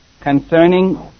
concerning